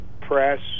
press